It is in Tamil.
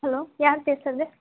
ஹலோ யார் பேசுறது